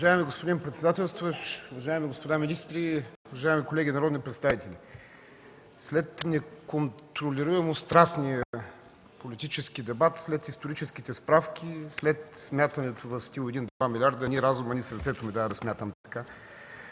Уважаеми господин председател, уважаеми господа министри, уважаеми колеги народни представители! След неконтролируемо страстния политически дебат, след историческите справки, след смятането в стил: един, два милиарда – нито разумът, нито сърцето ми дават да смятам така,